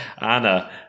Anna